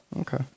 okay